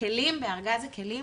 כלים בארגז הכלים